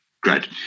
Great